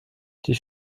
die